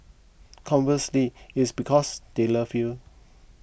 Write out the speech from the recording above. conversely it's because they love you